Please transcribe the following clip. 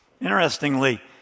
Interestingly